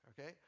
Okay